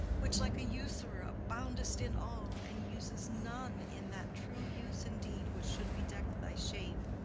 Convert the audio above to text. which, like a usurer, abound'st in all, and usest none in that true use indeed which should bedeck thy shape,